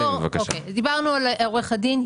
דיברנו על עורך הדין.